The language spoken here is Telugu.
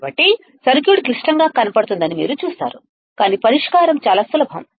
కాబట్టి సర్క్యూట్ క్లిష్టంగా కనబడుతుందని మీరు చూస్తారు కానీ పరిష్కారం చాలా సులభం